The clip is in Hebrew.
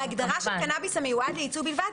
ההגדרה של קנאביס המיועד לייצוא בלבד,